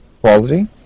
quality